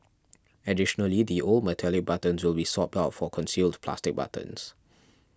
additionally the old metallic buttons will be swapped out for concealed plastic buttons